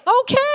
Okay